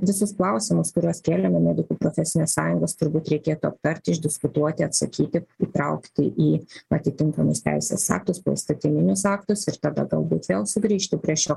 visus klausimus kuriuos kėlėme medikų profesinės sąjungos turbūt reikėtų aptarti išdiskutuoti atsakyti įtraukti į atitinkamus teisės aktus poįstatyminius aktus ir tada galbūt vėl sugrįžti prie šio